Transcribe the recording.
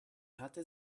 hatte